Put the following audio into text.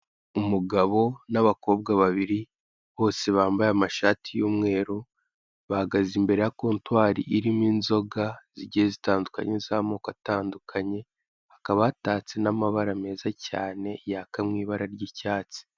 Umugabo n'abakobwa babiri bose bambaye amashati y'umweru, bahagaze imbere ya kotwari irimo inzoga zigiye zitandukanye z'amoko atandukanye, hakaba hatatse n'amabara meza cyane yaka mu ibara ry'icyatsi.